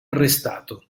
arrestato